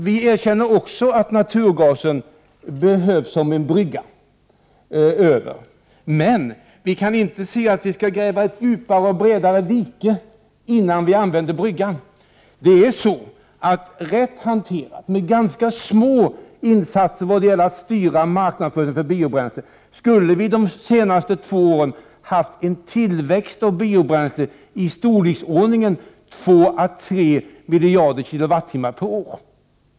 Visst erkänner också vi att naturgasen behövs som en brygga, men vi kan inte se att vi skulle behöva gräva ett djupare och bredare dike innan vi använder den bryggan. Rätt hanterat skulle detta med ganska små insatser vad gäller att styra marknadsföringen för biobränslen de senaste två åren ha givit en tillväxt av biobränslena av i storleksordningen två å tre miljarder kWh per år.